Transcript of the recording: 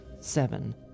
Seven